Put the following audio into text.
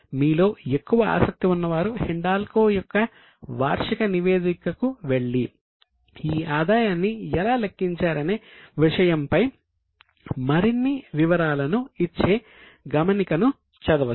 మీలో ఎక్కువ ఆసక్తి ఉన్నవారు హిండాల్కో యొక్క వార్షిక నివేదికకు వెళ్లి ఈ ఆదాయాన్ని ఎలా లెక్కించారనే విషయంపై మరిన్ని వివరాలను ఇచ్చే గమనికను చదవవచ్చు